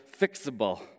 fixable